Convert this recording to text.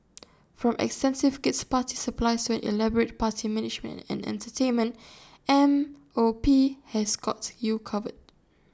from extensive kid's party supplies to an elaborate party management and entertainment M O P has got you covered